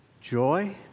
joy